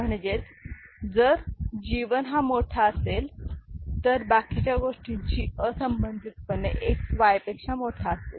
म्हणजेच जर G1 हा मोठा असेल तर बाकीच्या गोष्टींशी असंबंधित पणे X Y पेक्षा मोठा असेल